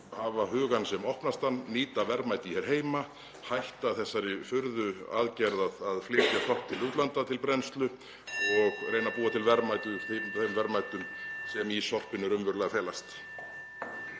hafa hugann sem opnastan, nýta verðmæti hér heima, hætta þessari furðuaðgerð að flytja sorp til útlanda til brennslu og (Forseti hringir.) reyna að búa til verðmæti úr þeim verðmætum sem í sorpinu raunverulega felast.